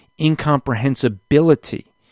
incomprehensibility